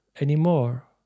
anymore